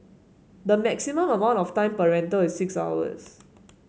the maximum amount of time per rental is six hours